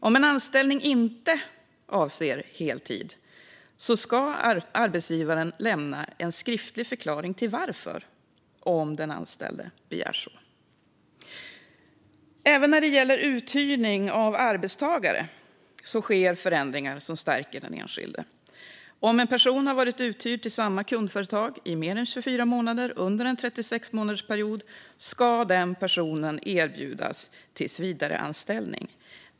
Om en anställning inte avser heltid ska arbetsgivaren lämna en skriftlig förklaring till varför, om den anställde begär så. Även när det gäller uthyrning av arbetstagare sker förändringar som stärker den enskilde. Om en person har varit uthyrd till samma kundföretag i mer än 24 månader under en 36-månadersperiod ska personen erbjudas tillsvidareanställning.